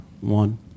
one